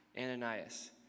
Ananias